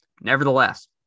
Nevertheless